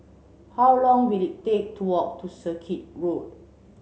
how long will it take to walk to Circuit Road